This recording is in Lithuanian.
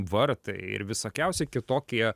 vartai ir visokiausi kitokie